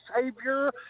savior